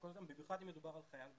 במיוחד אם מדובר על חייל בודד.